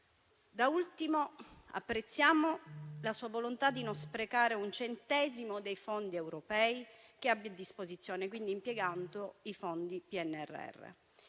Da ultimo apprezziamo la sua volontà di non sprecare un centesimo dei fondi europei che abbiamo a disposizione, impiegando quindi i